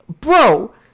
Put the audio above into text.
bro